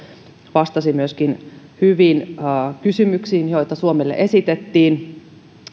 vastasi myöskin hyvin kysymyksiin joita suomelle esitettiin